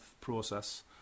process